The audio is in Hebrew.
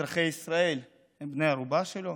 אזרחי ישראל הם בני ערובה שלו,